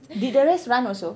did the rest run also